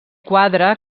quadre